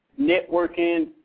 networking